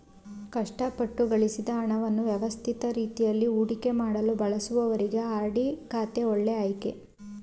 ಕಷ್ಟಪಟ್ಟು ಗಳಿಸಿದ ಹಣವನ್ನು ವ್ಯವಸ್ಥಿತ ರೀತಿಯಲ್ಲಿ ಹೂಡಿಕೆಮಾಡಲು ಬಯಸುವವರಿಗೆ ಆರ್.ಡಿ ಖಾತೆ ಒಳ್ಳೆ ಆಯ್ಕೆ